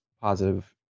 positive